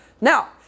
Now